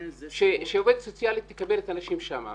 שעובדת סוציאלית תקבל את האנשים שם,